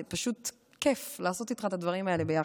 זה פשוט כיף לעשות איתך את הדברים האלה ביחד,